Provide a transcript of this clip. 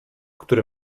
który